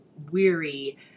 weary